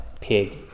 pig